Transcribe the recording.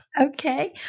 Okay